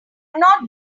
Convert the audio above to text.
not